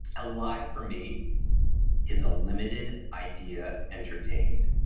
a lie for me is a limited idea entertained.